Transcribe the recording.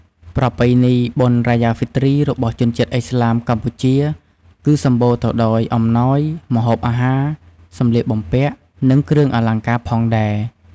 ប្រពៃណីបុណ្យរ៉ាយ៉ា ហ្វីទ្រី របស់ជនជាតិឥស្លាមកម្ពុជា គឺសម្បូរទៅដោយអំណោយ ម្ហូបអាហារ សម្លៀកបំពាក់ និងគ្រឿងអលង្ការផងដែរ។